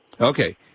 Okay